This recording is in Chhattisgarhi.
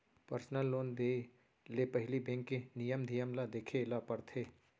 परसनल लोन देय ले पहिली बेंक के नियम धियम ल देखे ल परथे